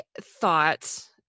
thought